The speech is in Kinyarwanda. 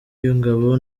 y’ingabo